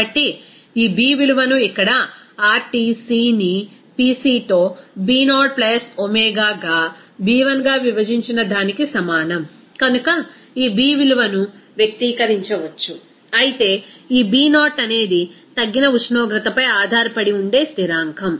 కాబట్టి ఈ B విలువను ఇక్కడ RTcని Pcతో B0 ఒమేగాగా B1గా విభజించిన దానికి సమానం కనుక ఈ B విలువను వ్యక్తీకరించవచ్చు అయితే ఈ B0 అనేది తగ్గిన ఉష్ణోగ్రతపై ఆధారపడి ఉండే స్థిరాంకం